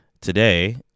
today